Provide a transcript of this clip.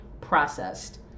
processed